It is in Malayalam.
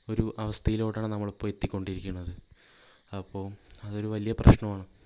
ഒരവസ്ഥയിലോട്ടാണ് നമ്മൾ ഇപ്പോൾ എത്തിക്കൊണ്ടിരിക്കണത് അപ്പോൾ അതൊരു വലിയ പ്രശ്നമാണ്